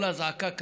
כל אזעקה כזו,